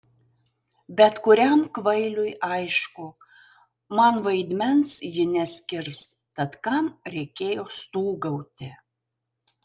bet kuriam kvailiui aišku man vaidmens ji neskirs tad kam reikėjo stūgauti